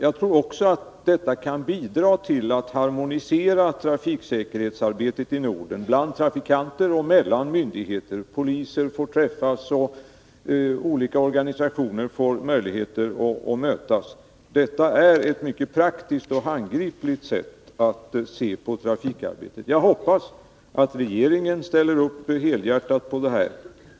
Jag tror också att detta kan bidra till att harmonisera trafiksäkerhetsarbetet i Norden bland trafikanter och mellan myndigheter. Poliser får träffas och olika organisationer får möjlighet att mötas. Detta är ett mycket praktiskt och handgripligt sätt att se på trafikarbetet. Jag hoppas att regeringen ställer upp helhjärtat på detta.